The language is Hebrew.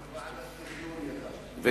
הוא גם בוועדת תכנון ידע.